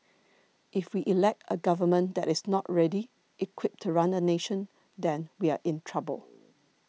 if we elect a government that is not ready equipped to run a nation then we are in trouble